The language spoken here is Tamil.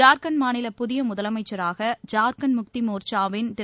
ஜார்க்கண்ட் மாநில புதிய முதலமைச்சராக ஜார்க்கண்ட் முக்தி மோர்ச்சாவின் திரு